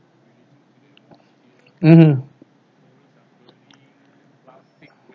mmhmm